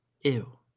Ew